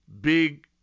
big